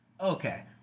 Okay